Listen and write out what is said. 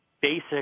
basic